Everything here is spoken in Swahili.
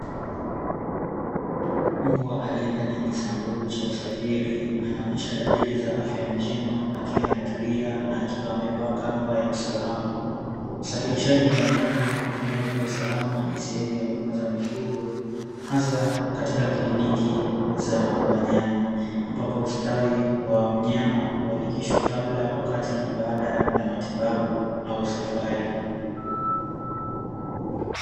Mbwa aliye ndani ya kisanduku cha usafiri anaonyesha dalili za afya njema, akiwa ametulia na akiwa amevaa kamba ya usalama. Usafirishaji wa wanyama kwa kutumia vyombo salama, ni sehemu ya huduma za mifugo, hasa katika kiliniki za wanyama. Ambapo ustawi wa mnyama huakikishwa kabla, wakati na baada ya matibabu au safari.